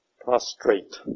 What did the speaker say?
prostrate